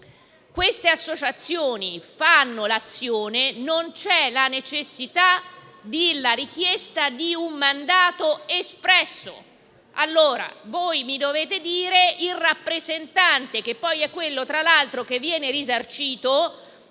queste associazioni promuovono l'azione, non c'è la necessità della richiesta di un mandato espresso.